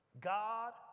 God